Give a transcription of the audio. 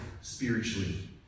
spiritually